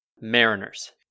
Mariners